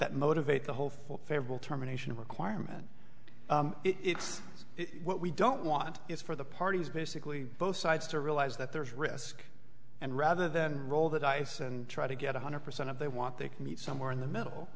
that motivate the whole federal terminations requirement it's what we don't want is for the parties basically both sides to realize that there's risk and rather than roll the dice and try to get one hundred percent of they want they meet somewhere in the middle